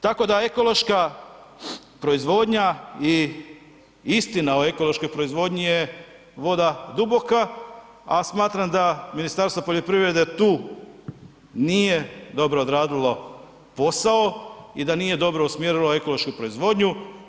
Tako da ekološka proizvodnja i istina o ekološkoj proizvodnji je voda duboka, a smatram da ministarstvo poljoprivrede tu nije dobro odradilo posao i da nije dobro usmjerilo ekološku proizvodnju.